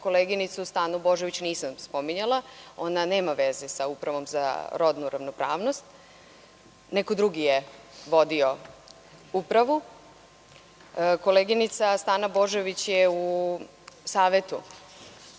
koleginicu Stanu Božović nisam spominjala, ona nema veze sa Upravom za rodnu ravnopravnost, neko drugi je vodio Upravu. Koleginica Stana Božović je u Savetu,